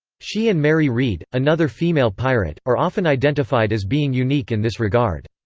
she and mary read, another female pirate, are often identified as being unique in this regard.